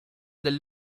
del